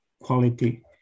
quality